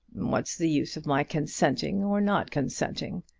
what's the use of my consenting or not consenting?